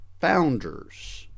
founders